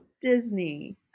Disney